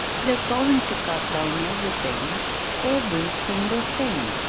they're going to cut down everything every single thing!